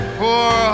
poor